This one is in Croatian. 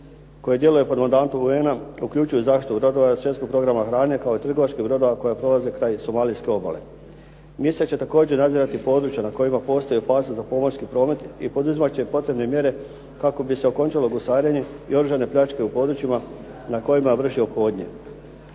se ne razumije./ … UN-a uključuju zaštitu brodova svjetskog programa hrane kao i trgovačkih brodova koji prolaze kraj somalijske obale. Misiju će također nadzirati područja na kojima postoji opasnost za pomorski promet i poduzimat će potrebne mjere kako bi se okončalo gusarenje i oružane pljačke u područjima na kojima vrše ophodnje.